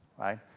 right